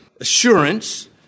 assurance